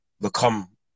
become